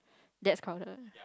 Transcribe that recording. that's crowded